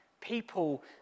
People